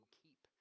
keep